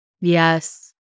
yes